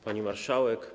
Pani Marszałek!